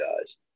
guys